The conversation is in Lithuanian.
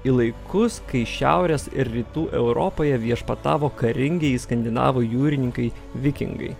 į laikus kai šiaurės ir rytų europoje viešpatavo karingieji skandinavų jūrininkai vikingai